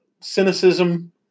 cynicism